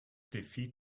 defeat